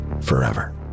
forever